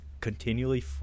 continually